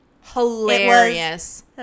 Hilarious